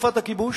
בתקופת הכיבוש.